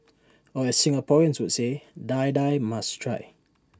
or as Singaporeans would say Die Die must try